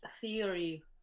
theory